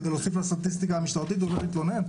כדי להוסיף לסטטיסטיקה המשטרתית הוא ילך להתלונן?